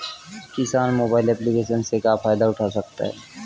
किसान mobile application से क्या फायदा उठा सकता है?